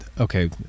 okay